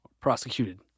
Prosecuted